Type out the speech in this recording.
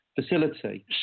facility